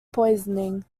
poisoning